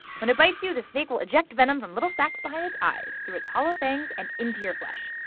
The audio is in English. when it bites you, the snake will eject venom from little sacks behind its eyes, through its hollow fangs and into your flesh.